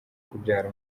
kubyara